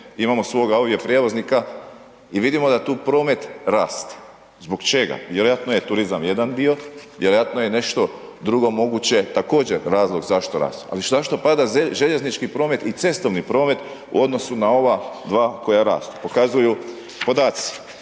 imamo svoga ovdje prijevoznika i vidimo da tu promet raste. Zbog čega? Vjerojatno je turizam jedan dio, vjerojatno je nešto drugo moguće također razlog zašto raste, ali zašto pada željeznički promet i cestovni promet u odnosu na ova dva koja rastu pokazuju podaci